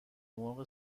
مرغ